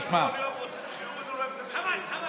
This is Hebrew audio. כל יום רוצים שיורידו להם את המחירים.